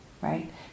right